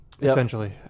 essentially